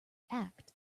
act